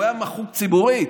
הוא היה מחוק ציבורית.